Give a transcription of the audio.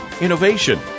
innovation